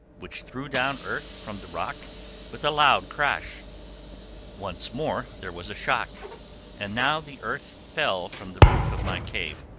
which threw down earth from the rock with a loud crash once more there was a shock and now the earth fell from the roof of my cave.